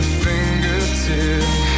fingertip